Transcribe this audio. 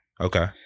Okay